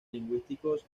lingüístico